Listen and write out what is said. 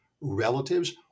relatives